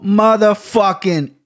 motherfucking